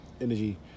energy